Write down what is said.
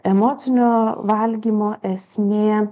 emocinio valgymo esmė